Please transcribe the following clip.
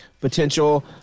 Potential